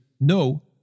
No